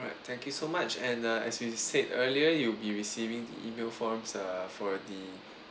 alright thank you so much and uh as you said earlier you'll be receiving the email form ah for the